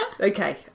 okay